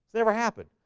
never happened,